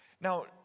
Now